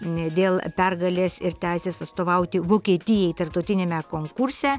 ne dėl pergalės ir teisės atstovauti vokietijai tarptautiniame konkurse